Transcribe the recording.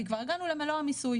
כי כבר הגענו למלוא המיסוי.